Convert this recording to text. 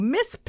Miss